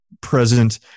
present